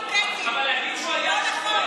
מה קורה פה?